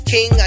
King